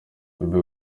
bebe